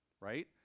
right